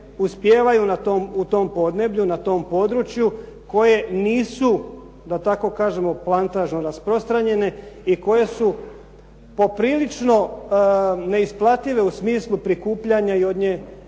uspijevaju na tom podneblju na tom području koje nisu, da tako kažemo plantažno rasprostranjene i koje su poprilično neisplative u smislu prikupljanja i od nje